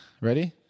Ready